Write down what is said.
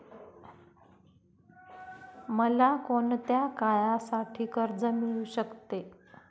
मला कोणत्या काळासाठी कर्ज मिळू शकते?